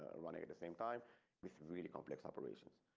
ah running at the same time with really complex operations.